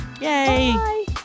Yay